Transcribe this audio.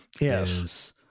Yes